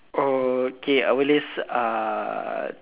okay I will list uh